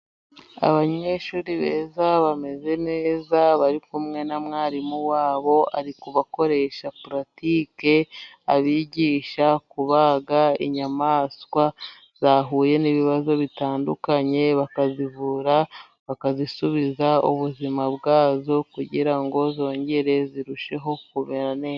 Abanyeshuri beza bameze neza， bari kumwe na mwarimu wabo，ari kubakoresha puratike，abigisha kubaga inyamaswa，zahuye n'ibibazo bitandukanye， bakazivura， bakazisubiza ubuzima bwazo， kugira ngo zongere zirusheho kumera neza.